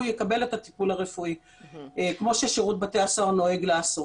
הוא יקבל את הטיפול הרפואי כמו שירות בתי הסוהר נוהג לעשות.